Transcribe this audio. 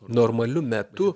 normaliu metu